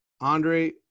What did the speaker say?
Andre